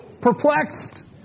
perplexed